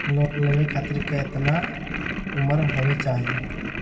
Loan लेवे खातिर केतना उम्र होवे चाही?